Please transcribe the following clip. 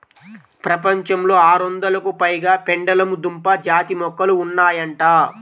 ప్రపంచంలో ఆరొందలకు పైగా పెండలము దుంప జాతి మొక్కలు ఉన్నాయంట